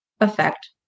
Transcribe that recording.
effect